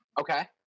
Okay